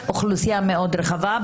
אוכלוסייה מאוד רחבה,